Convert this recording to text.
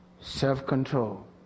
self-control